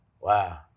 Wow